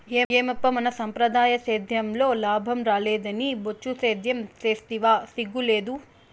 ఏమప్పా మన సంప్రదాయ సేద్యంలో లాభం రాలేదని బొచ్చు సేద్యం సేస్తివా సిగ్గు లేదూ